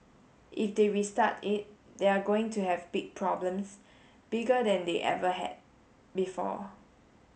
if they restart it they're going to have big problems bigger than they ever had before